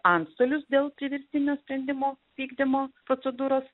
antstolius dėl priverstinio sprendimo vykdymo procedūros